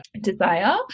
desire